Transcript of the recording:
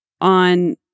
on